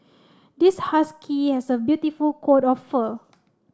this husky has a beautiful coat of fur